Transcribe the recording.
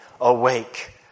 Awake